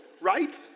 Right